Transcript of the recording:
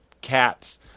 cats